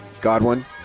Godwin